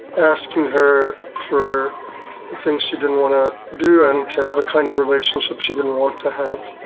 asking her for things she didn't want to do and to have a kind of relationship she didn't want to have.